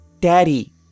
Daddy